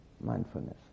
mindfulness